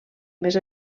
més